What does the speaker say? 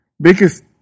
biggest